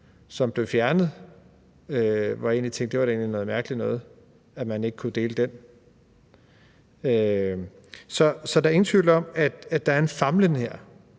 som blev fjernet, hvor jeg tænkte, at det da egentlig var noget mærkeligt noget, at man ikke kunne dele den. Så der er ingen tvivl om, at der her er en famlen. Der